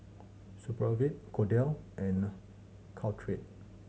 Supravit Kordel' and Caltrate